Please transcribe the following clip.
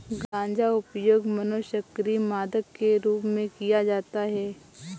गांजा उपयोग मनोसक्रिय मादक के रूप में किया जाता है